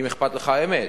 אם אכפת לך האמת,